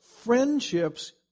friendships